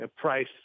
Price